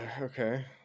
Okay